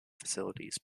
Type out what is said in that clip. facilities